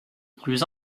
plus